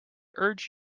urge